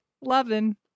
loving